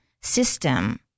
system